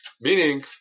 Meaning